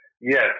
Yes